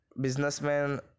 businessman